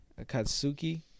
Akatsuki